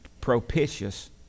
propitious